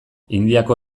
indiako